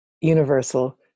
universal